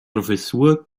professur